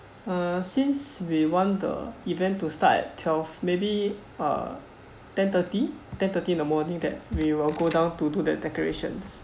uh since we want the event to start at twelve maybe uh ten thirty ten thirty in the morning that we will go down to do the decorations